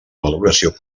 valoració